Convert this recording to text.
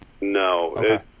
no